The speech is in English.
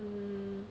mmhmm